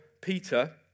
Peter